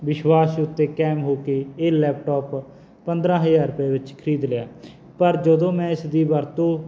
ਵਿਸ਼ਵਾਸ ਉੱਤੇ ਕਾਇਮ ਹੋ ਕੇ ਇਹ ਲੈਪਟੋਪ ਪੰਦਰ੍ਹਾਂ ਹਜ਼ਾਰ ਰੁਪਏ ਵਿੱਚ ਖਰੀਦ ਲਿਆ ਪਰ ਜਦੋਂ ਮੈਂ ਇਸ ਦੀ ਵਰਤੋਂ